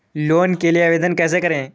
Loan के लिए आवेदन कैसे करें?